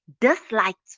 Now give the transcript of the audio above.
disliked